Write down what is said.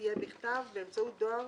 י"א בטבת תשע"ט,